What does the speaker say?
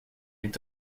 est